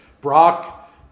Brock